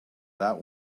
that